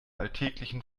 alltäglichen